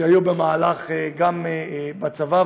שהיו במהלכה, גם בצבא.